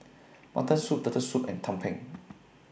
Mutton Soup Turtle Soup and Tumpeng